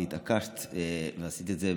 והתעקשת לעשות את זה,